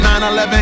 9/11